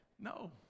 No